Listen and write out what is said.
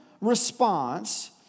response